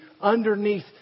underneath